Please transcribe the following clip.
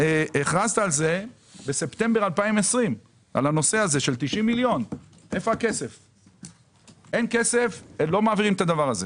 הכרזת על הנושא של 90 מיליון בספטמבר 2020. אין כסף לא מעבירים את זה.